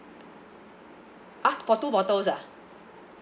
!huh! for two bottles ah